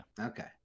Okay